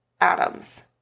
atoms